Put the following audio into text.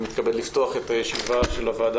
אני מתכבד לפתוח את ישיבת הוועדה